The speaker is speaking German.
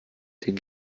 den